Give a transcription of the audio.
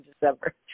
December